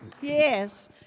Yes